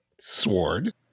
sword